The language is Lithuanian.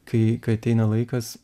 kai kai ateina laikas